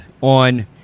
on